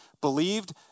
believed